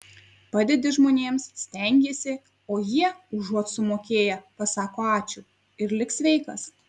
padedi žmonėms stengiesi o jie užuot sumokėję pasako ačiū ir lik sveikas